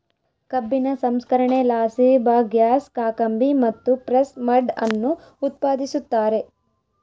ಕಬ್ಬಿನ ಸಂಸ್ಕರಣೆಲಾಸಿ ಬಗ್ಯಾಸ್, ಕಾಕಂಬಿ ಮತ್ತು ಪ್ರೆಸ್ ಮಡ್ ಅನ್ನು ಉತ್ಪಾದಿಸುತ್ತಾರೆ